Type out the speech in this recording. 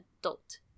adult